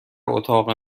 اتاق